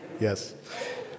Yes